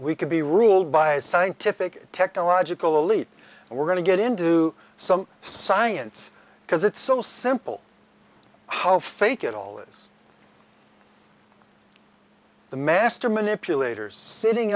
could be ruled by a scientific technological elite and we're going to get into some science because it's so simple how fake it all is the master manipulators sitting